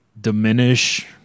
diminish